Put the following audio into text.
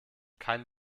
kein